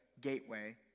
gateway